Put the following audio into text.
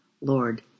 Lord